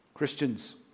Christians